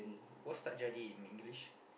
what's tak jadi in English